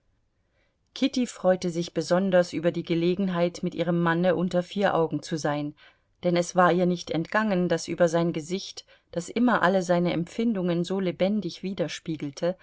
kitty freute sich besonders über die gelegenheit mit ihrem manne unter vier augen zu sein denn es war ihr nicht entgangen daß über sein gesicht das immer alle seine empfindungen so lebendig widerspiegelte